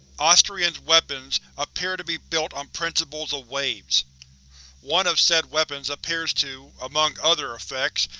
austrian's weapons appear to be built on principles of waves one of said weapons appears to, among other effects,